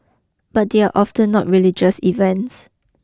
but they are often not religious events